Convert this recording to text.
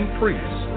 priests